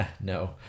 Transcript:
No